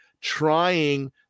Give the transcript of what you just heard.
trying